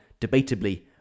debatably